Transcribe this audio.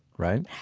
right?